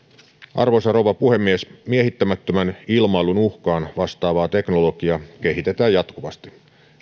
arvoisa rouva puhemies miehittämättömän ilmailun uhkaan vastaavaa teknologiaa kehitetään jatkuvasti